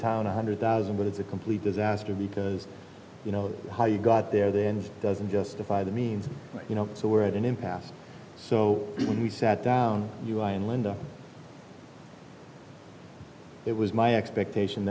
town a hundred thousand but it's a complete disaster because you know how you got there then doesn't justify the means you know so we're at an impasse so when we sat down u i and linda it was my expectation